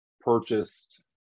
purchased